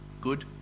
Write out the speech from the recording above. good